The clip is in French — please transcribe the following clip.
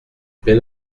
bien